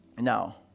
now